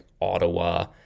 Ottawa